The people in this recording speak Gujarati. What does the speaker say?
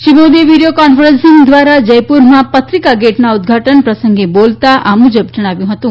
શ્રી મોદીએ વિડિયો કોન્ફરન્સીંગ દ્રારા જયપુરમાં પત્રિકા ગેટનાં ઉધ્ધાટન પ્રસંગે બોલતાં આ મુજબ જણાવ્યું હતું